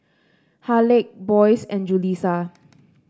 Haleigh Boyce and Julisa